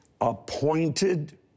Appointed